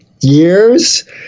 years